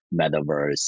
metaverse